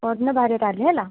ପଅରଦିନ ବାହାରିବା ତା'ହେଲେ ହେଲା